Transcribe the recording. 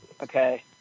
Okay